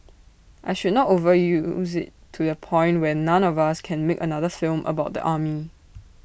I should not overuse IT to the point where none of us can make another film about the army